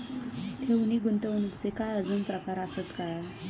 ठेव नी गुंतवणूकचे काय आजुन प्रकार आसत काय?